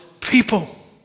people